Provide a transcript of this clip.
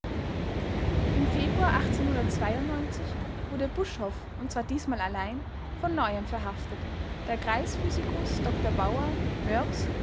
im februar wurde buschhoff und zwar diesmal allein von neuem verhaftet da kreisphysikus dr bauer